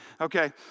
Okay